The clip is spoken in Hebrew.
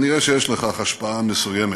נראה שיש לכך השפעה מסוימת.